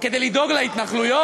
כדי לדאוג להתנחלויות,